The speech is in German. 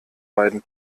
beiden